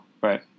Right